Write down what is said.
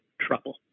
trouble